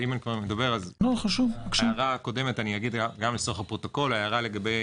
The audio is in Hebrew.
לצורך הפרוטוקול אני אומר שההערה לגבי